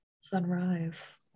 Sunrise